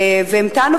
המתנו,